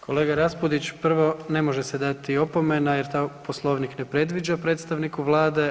Kolega Raspudić, prvo ne može se dati opomena jer to Poslovnik ne predviđa predstavniku Vlade.